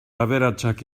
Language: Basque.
aberatsak